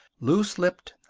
loose-lipped,